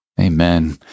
Amen